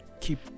keep